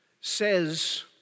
says